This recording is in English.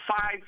five